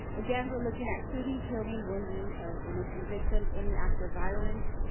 again, we're looking at shooting, killing, wounding of innocent victims, any act of violence,